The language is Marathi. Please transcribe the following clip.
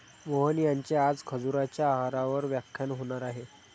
मोहन यांचे आज खजुराच्या आहारावर व्याख्यान होणार आहे